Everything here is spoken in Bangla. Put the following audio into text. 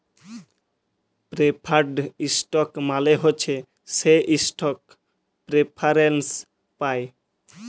প্রেফার্ড ইস্টক মালে হছে সে ইস্টক প্রেফারেল্স পায়